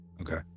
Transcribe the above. Okay